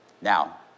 Now